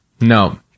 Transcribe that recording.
no